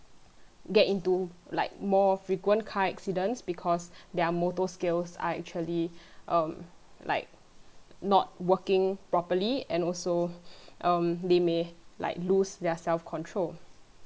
get into like more frequent car accidents because their motor skills are actually um like not working properly and also um they may like lose their self control